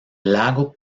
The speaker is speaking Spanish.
lago